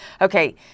Okay